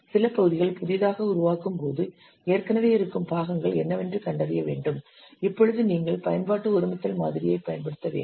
சில பகுதிகள் புதியதாக உருவாக்கும்போது ஏற்கனவே இருக்கும் பாகங்கள் என்னவென்று கண்டறிய வேண்டும் இப்பொழுது நீங்கள் பயன்பாட்டு ஒருமித்தல் மாதிரியைப் பயன்படுத்த வேண்டும்